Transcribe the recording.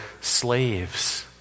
slaves